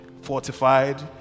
fortified